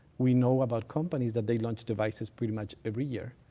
we know about companies that they launch devices pretty much every year,